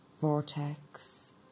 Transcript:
vortex